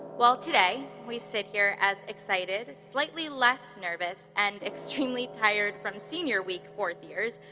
while today we sit here as excited, slightly less nervous, and extremely tired from senior week fourth-years,